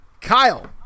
Kyle